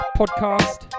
podcast